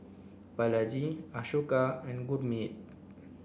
Balaji Ashoka and Gurmeet